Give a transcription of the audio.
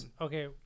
Okay